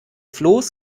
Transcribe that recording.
floß